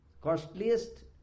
costliest